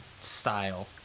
style